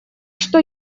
что